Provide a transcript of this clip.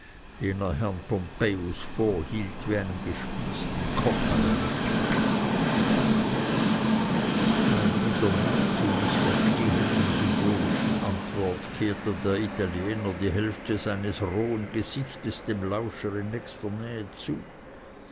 pompejus vorhielt wie einen gespießten kopf an einer pike bei dieser nicht zu mißverstehenden symbolischen antwort kehrte der italiener die hälfte seines rohen gesichtes dem lauscher in nächster nähe zu